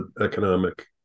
economic